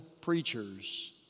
preachers